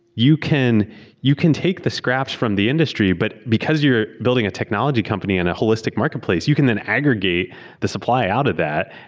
you can you can take the scraps from the industry, but because you're building a technology company and a holistic market place, you can then aggregate the supply out of that.